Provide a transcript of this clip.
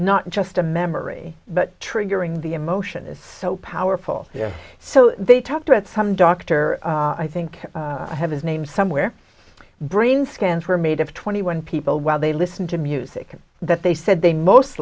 not just a memory but triggering the emotion is so powerful yeah so they talked about some doctor i think i have his name somewhere brain scans were made of twenty one people while they listened to music that they said they most